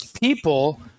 people –